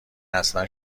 اصلا